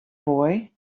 boy